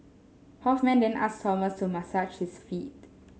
Hoffman then asked Thomas to massage his feet